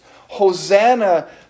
Hosanna